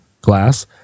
glass